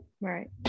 Right